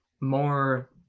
more